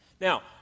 Now